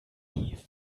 eve